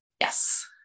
Yes